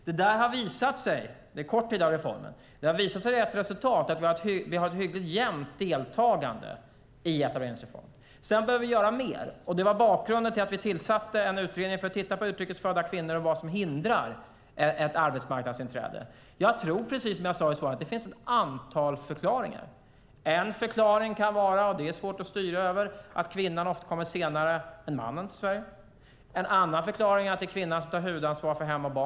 Under den korta tid som har gått sedan reformen har detta visat sig ge resultat. Vi har ett hyggligt jämnt deltagande i etableringsreformen. Sedan behöver vi göra mer. Det var bakgrunden till att vi tillsatte en utredning som skulle titta på vad som hindrar ett arbetsmarknadsinträde för utrikes födda kvinnor. Jag tror, precis som jag sade i svaret, att det finns ett antal förklaringar. En förklaring kan vara att kvinnan ofta kommer senare till Sverige än mannen. Sådant kan vara svårt att styra över. En annan förklaring är att det är kvinnan som tar huvudansvar för hem och barn.